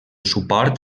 suport